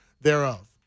thereof